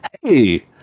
hey